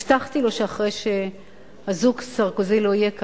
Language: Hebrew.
הבטחתי לו שאחרי שהזוג סרקוזי לא יהיה כאן,